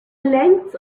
lengths